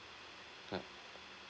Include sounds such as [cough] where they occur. [noise]